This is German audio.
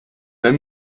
wer